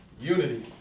Unity